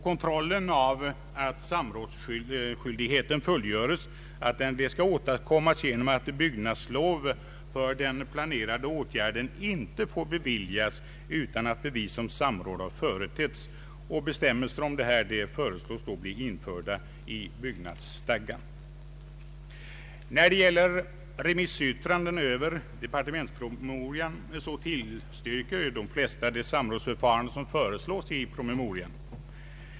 Kontrollen av att samrådsskyldigheten fullgöres skall åstadkommas genom att byggnadslov för den planerade åtgärden inte får beviljas utan att bevis om samråd har företetts, och bestämmelser om detta föreslås bli införda i byggnadsstadgan. I remissyttrandena över departementspromemorian tillstyrker de flesta remissinstanser det samrådsförfarande som föreslås i promemorian.